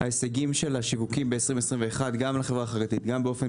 ההישגים של השיווקים ב-2021 גם לחברה החרדית וגם באופן